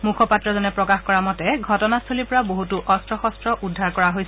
মুখপাত্ৰজনে প্ৰকাশ কৰা মতে ঘটনাস্থলীৰ পৰা বহুতো অস্ত্ৰ শস্ত্ৰ উদ্ধাৰ কৰা হৈছে